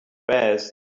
best